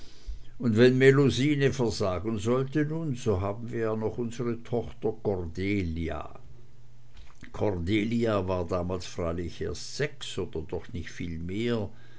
und wenn melusine versagen sollte nun so haben wir ja noch unsere tochter cordelia cordelia war damals freilich erst sechs oder doch nicht viel mehr